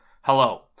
Hello